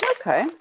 Okay